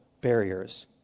barriers